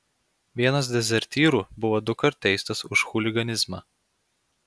vienas dezertyrų buvo dukart teistas už chuliganizmą